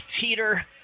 Teeter